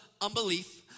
unbelief